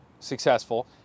Successful